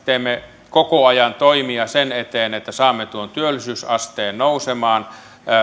teemme koko ajan toimia sen eteen että saamme tuon työllisyysasteen nousemaan